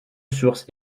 sources